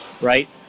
right